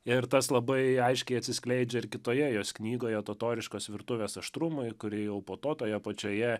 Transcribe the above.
ir tas labai aiškiai atsiskleidžia ir kitoje jos knygoje totoriškos virtuvės aštrumai kuri jau po to toje pačioje